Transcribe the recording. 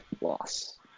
loss